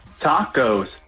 Tacos